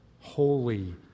Holy